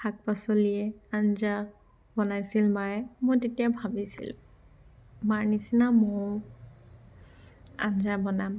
শাক পাচলিয়ে আঞ্জা বনাইছিল মায়ে মই তেতিয়া ভাবিছিলো মাৰ নিচিনা মইও আঞ্জা বনাম